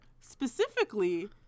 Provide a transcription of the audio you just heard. specifically